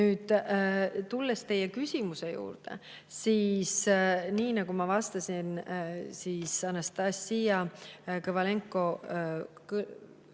Nüüd, tulles teie küsimuse juurde, siis nii nagu ma vastasin Anastassia Kovalenko-Kõlvartile,